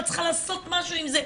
את צריכה לעשות משהו עם זה,